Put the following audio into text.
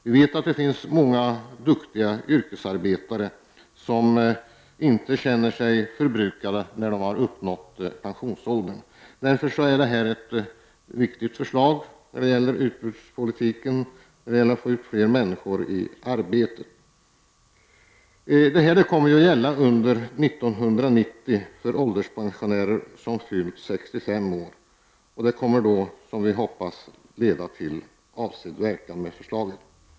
Vi vet att det finns många duktiga yrkesarbetare som inte känner sig förbrukade när de har uppnått pensionsåldern. Därför är det nu framlagda förslaget viktigt när det gäller utbudspolitiken, när det gäller att få ut fler människor i arbete. Enligt förslaget skall arbetsinkomster inte under 1990 påverka avtrappningen av det extra avdraget för ålderspensionärer som fyllt 65 år. Vi hoppas att förslaget kommer att få avsedd verkan.